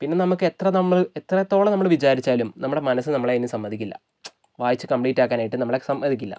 പിന്നെ നമുക്ക് എത്ര നമ്മൾ എത്രത്തോളം നമ്മള് വിചാരിച്ചാലും നമ്മുടെ മനസ് നമ്മളെ അതിനു സമ്മതിക്കില്ല വായിച്ച് കംപ്ലീറ്റാക്കാനായിട്ട് നമ്മളെ സമ്മതിക്കില്ല